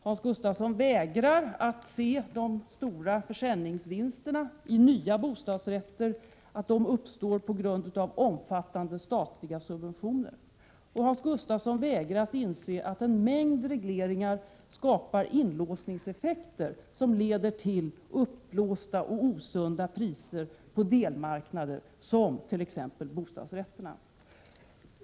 Hans Gustafsson vägrar att inse att de stora försäljningsvinsterna vid försäljning av nya bostadsrätter uppstår på grund av omfattande statliga subventioner. Hans Gustafsson vägrar att inse att en mängd regleringar skapar inlåsningseffekter som leder till uppblåsta och osunda priser på delmarknader, som t.ex. bostadsrättsmarknaden.